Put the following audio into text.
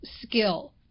skill